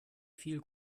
viel